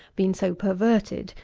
been so perverted,